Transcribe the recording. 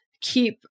keep